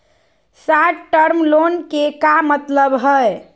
Short term loan के का मतलब हई?